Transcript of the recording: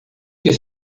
que